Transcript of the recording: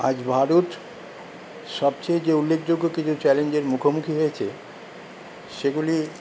আজ ভারত সবচেয়ে যে উল্লেখযোগ্য কিছু চ্যালেঞ্জের মুখোমুখি হয়েছে সেগুলি